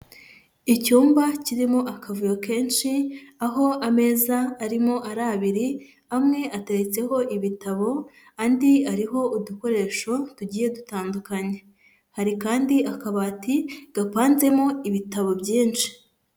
Icyumba kirimo akavuyo kenshi,l aho ameza arimo ari abiri, amwe ateretseho ibitabo, andi ariho udukoresho tugiye dutandukanye, hari kandi akabati gapanzemo ibitabo byinshi.